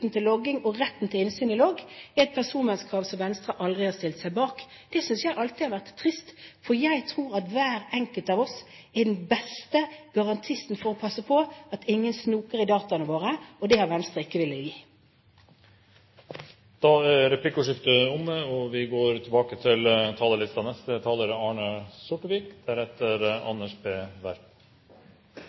innsyn i logg er et personvernkrav som Venstre aldri har stilt seg bak. Det synes jeg alltid at har vært trist, for jeg tror at hver enkelt av oss er den beste garantisten for å passe på at ingen snoker i dataene våre. Det har Venstre ikke villet gi. Replikkordskiftet er omme. Før jeg begynner på det jeg egentlig hadde tenkt å si, har jeg et par små innspill. Det som er